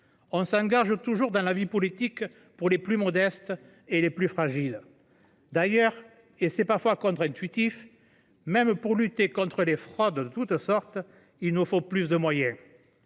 On s’engage toujours dans la vie politique pour les plus modestes et les plus fragiles. D’ailleurs, et c’est parfois contre intuitif, même pour lutter contre les fraudes de toutes sortes, il nous faut plus de moyens.